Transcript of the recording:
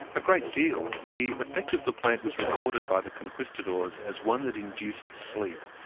a great deal. the effect of the plant was recorded by the conquistadores as one that induced sleep,